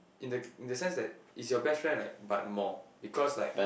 in the in the sense that is your best friend like but more because like